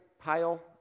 pile